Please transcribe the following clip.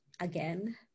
again